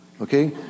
Okay